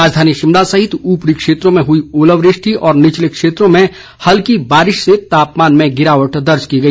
राजधानी शिमला सहित उपरी क्षेत्रों में हुई ओलावृष्टि और निचले क्षेत्रों में हल्की बारिश से तापमान में गिरावट दर्ज की गई